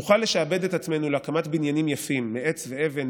נוכל לשעבד את עצמנו להקמת בניינים יפים מעץ ואבן,